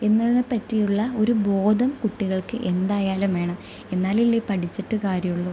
എന്നുള്ളതിനെപ്പറ്റിയുള്ള ഒരു ബോധം കുട്ടികൾക്ക് എന്തായാലും വേണം എന്നാലല്ലേ പഠിച്ചിട്ട് കാര്യം ഉള്ളൂ